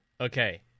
Okay